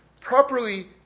properly